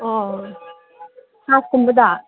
ꯑꯣ ꯍꯥꯞ ꯀꯨꯝꯕꯗ